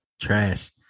Trash